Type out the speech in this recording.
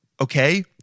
okay